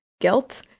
guilt